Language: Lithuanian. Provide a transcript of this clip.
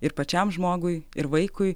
ir pačiam žmogui ir vaikui